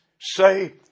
say